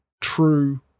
true